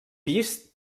pis